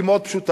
היא מאוד פשוטה: